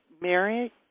Mary